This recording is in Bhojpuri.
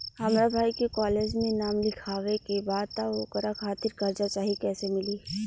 हमरा भाई के कॉलेज मे नाम लिखावे के बा त ओकरा खातिर कर्जा चाही कैसे मिली?